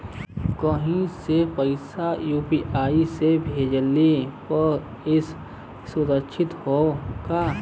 कहि भी पैसा यू.पी.आई से भेजली पर ए सुरक्षित हवे का?